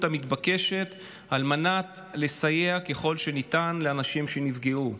המתבקשת על מנת לסייע ככל שניתן לאנשים שנפגעו.